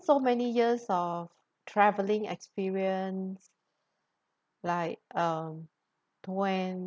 so many years of travelling experience like um twen~